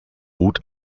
mut